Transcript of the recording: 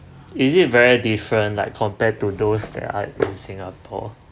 is it very different like compared to those that are in singapore